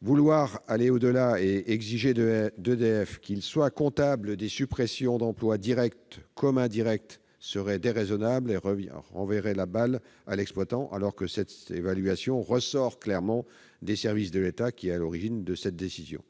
Vouloir aller au-delà et exiger qu'EDF soit comptable des suppressions d'emplois directs comme indirects serait déraisonnable et renverrait la balle à l'exploitant, alors que cette évaluation ressortit clairement aux services de l'État, qui est à l'origine de ces décisions.